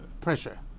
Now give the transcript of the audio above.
pressure